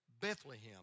Bethlehem